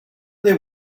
they